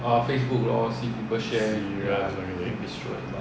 serious okay